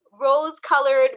rose-colored